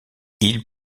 ils